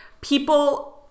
people